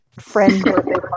friend